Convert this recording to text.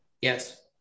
Yes